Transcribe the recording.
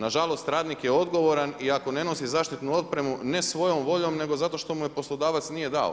Nažalost, radnik je odgovoran i ako ne nosi zaštitnu opremu ne svojom voljom, nego zato što mu je poslodavac nije dao.